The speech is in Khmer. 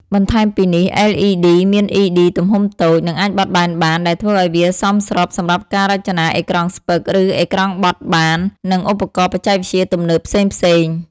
បន្ថែមពីនេះLED មានEDទំហំតូច និងអាចបត់បែនបាន ដែលធ្វើឲ្យវាសមស្របសម្រាប់ការរចនាអេក្រង់ស្ពឹក ឬអេក្រង់បត់បាន និងឧបករណ៍បច្ចេកវិទ្យាទំនើបផ្សេងៗ។